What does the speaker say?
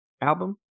album